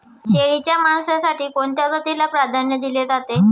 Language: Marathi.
शेळीच्या मांसासाठी कोणत्या जातीला प्राधान्य दिले जाते?